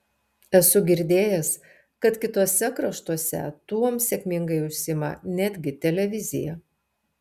esu girdėjęs kad kituose kraštuose tuom sėkmingai užsiima netgi televizija